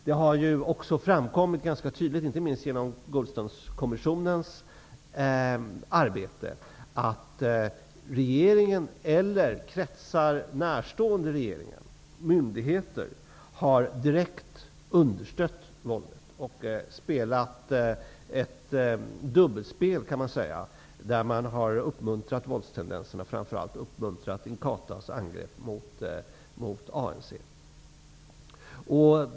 Det har också ganska tydligt framkommit, inte minst genom Goldstoneskommissionens arbete, att regeringen eller regeringen närstående kretsar -- myndigheter -- har direkt understött våldet och spelat vad vi kan kalla ett dubbelspel; man har uppmuntrat våldstendenserna, framför allt Inkatas angrepp mot ANC.